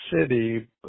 City